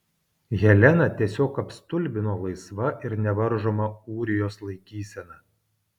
heleną tiesiog apstulbino laisva ir nevaržoma ūrijos laikysena